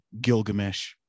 Gilgamesh